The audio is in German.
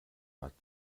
bad